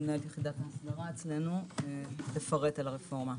מנהלת יחידת ההסדרה אצלנו, תפרט על הרפורמה.